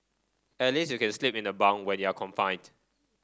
at least you can sleep in the bunk when you're confined